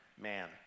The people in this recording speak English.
man